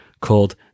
called